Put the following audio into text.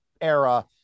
era